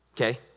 okay